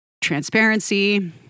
transparency